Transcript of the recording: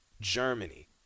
Germany